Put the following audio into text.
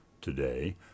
Today